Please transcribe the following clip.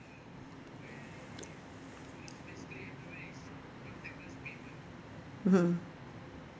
mmhmm